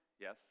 yes